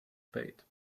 paid